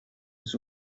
was